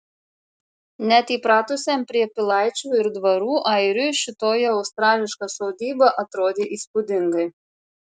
net įpratusiam prie pilaičių ir dvarų airiui šitoji australiška sodyba atrodė įspūdingai